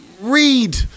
read